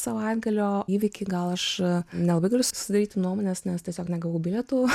savaitgalio įvykiai gal aš nelabai galiu susidaryti nuomonės nes tiesiog negavau bilietų